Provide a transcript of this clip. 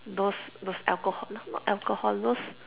those those alcohol not alcohol those